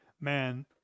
man